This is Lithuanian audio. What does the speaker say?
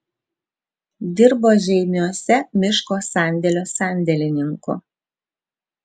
dirbo žeimiuose miško sandėlio sandėlininku